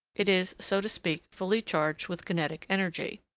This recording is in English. it is, so to speak, fully charged with kinetic energy.